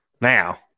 now